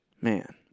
Man